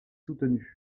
soutenu